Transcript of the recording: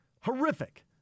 Horrific